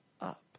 up